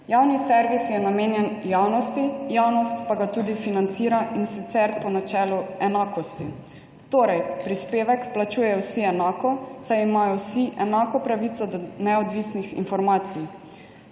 Javni servis je namenjen javnosti, javnost pa ga tudi financira, in sicer po načelu enakosti. Torej, prispevek plačujejo vsi enako, saj imajo vsi enako pravico do neodvisnih informacij.